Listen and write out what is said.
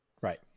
Right